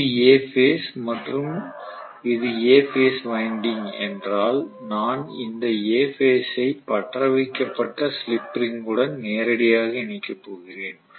இது A phase மற்றும் இது A பேஸ் வைண்டிங் என்றால் நான் இந்த A பேஸ் ஐ பற்றவைக்கப்பட்ட ஸ்லிப் ரிங்குடன் நேரடியாக இணைக்கப் போகிறேன்